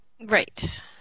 Right